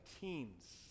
teens